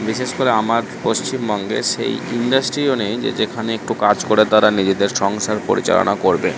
বিশেষ করে আমার পশ্চিমবঙ্গে সেই ইন্ডাস্ট্রিও নেই যে যেখানে একটু কাজ করে তারা নিজেদের সংসার পরিচালনা করবে